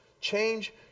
Change